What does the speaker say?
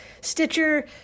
Stitcher